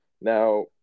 now